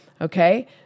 Okay